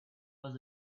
was